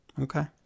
Okay